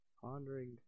Pondering